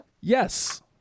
Yes